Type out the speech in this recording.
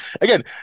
again